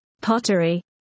Pottery